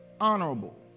honorable